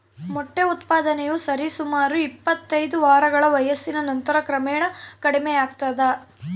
ಮೊಟ್ಟೆ ಉತ್ಪಾದನೆಯು ಸರಿಸುಮಾರು ಇಪ್ಪತ್ತೈದು ವಾರಗಳ ವಯಸ್ಸಿನ ನಂತರ ಕ್ರಮೇಣ ಕಡಿಮೆಯಾಗ್ತದ